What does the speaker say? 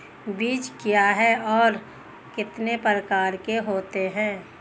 बीज क्या है और कितने प्रकार के होते हैं?